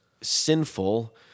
sinful